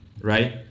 right